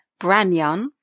Branyan